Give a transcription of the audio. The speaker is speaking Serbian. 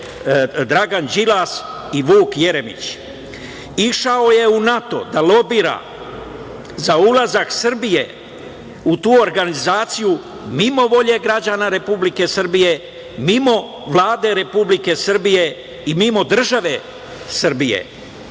Dragan Đilas i Vuk Jeremić. Išao je u NATO da lobira za ulazak Srbije u tu organizaciju mimo volje građana Republike Srbije, mimo Vlade Republike Srbije i mimo države Srbije.U